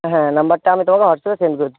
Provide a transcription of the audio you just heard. হ্যাঁ নাম্বারটা আমি তোমাকে হোয়াটসঅ্যাপে সেন্ড করেছি